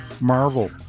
marvel